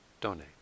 donate